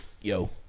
yo